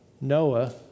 Noah